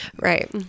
Right